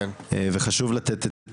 וחשוב לתת את